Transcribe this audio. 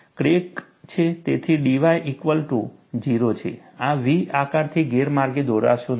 આ V આકારથી ગેરમાર્ગે દોરાશો નહીં